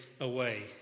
away